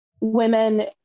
women